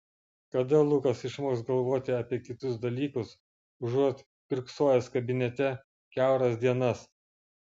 kada lukas išmoks galvoti apie kitus dalykus užuot kiurksojęs kabinete kiauras dienas